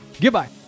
Goodbye